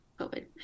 COVID